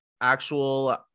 actual